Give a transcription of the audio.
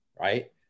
Right